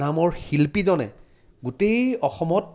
নামৰ শিল্পীজনে গোটেই অসমত